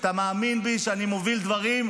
שאתה מאמין בי שאני מוביל דברים,